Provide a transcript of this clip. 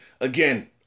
again